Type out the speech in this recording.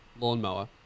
lawnmower